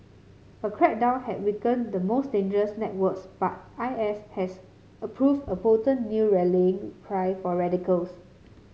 a crackdown had weakened the most dangerous networks but I S has approved a potent new rallying cry for radicals